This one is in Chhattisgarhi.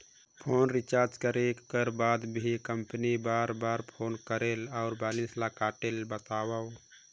फोन रिचार्ज करे कर बाद भी कंपनी बार बार काबर फोन करेला और बैलेंस ल काटेल बतावव?